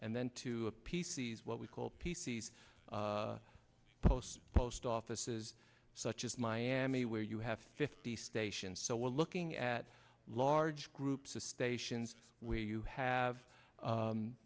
and then to a p c s what we call p c s post post offices such as miami where you have fifty stations so we're looking at large groups of stations where you have